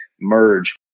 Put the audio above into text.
Merge